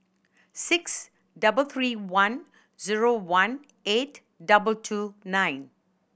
six double three one zero one eight double two nine